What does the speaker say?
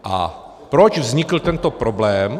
A proč vznikl tento problém?